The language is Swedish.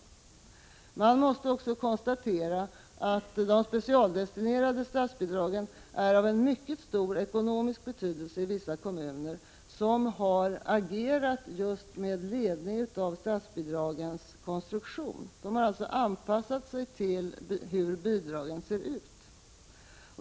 Man måste också konstatera att de specialdestinerade statsbidragen är av mycket stor ekonomisk betydelse i vissa kommuner som har agerat just med ledning av statsbidragens konstruktion. De har alltså anpassat sig till hur bidragen ser ut.